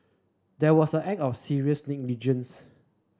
that was a act of serious negligence